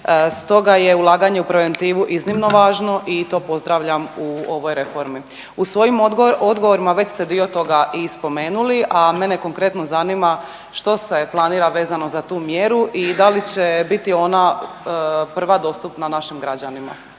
Stoga je ulaganje u preventivu iznimno važno i to pozdravljam u ovoj reformi. U svojim odgovorima već ste dio toga i spomenuli, a mene konkretno zanima što se planira vezano za tu mjeru i da li će biti ona prva dostupna našim građanima?